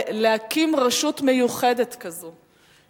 להקים רשות מיוחדת כזאת,